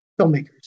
filmmakers